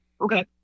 Okay